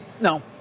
No